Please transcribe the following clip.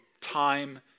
time